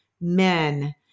men